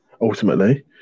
ultimately